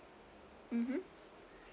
mmhmm